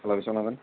hello சொல்லுங்கள்